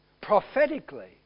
prophetically